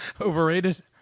overrated